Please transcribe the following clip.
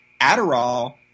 Adderall